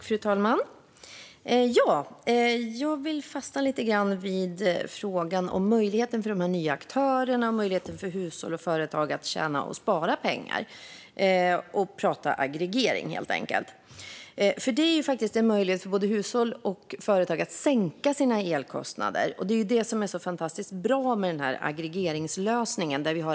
Fru talman! Jag vill fastna lite grann vid frågan om möjligheten för de nya aktörerna och för hushåll och företag att tjäna och spara pengar, helt enkelt prata aggregering. Det som är så fantastiskt bra med aggregeringslösningen är att den ger möjlighet för både hushåll och företag att sänka sina elkostnader.